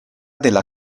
della